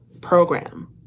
program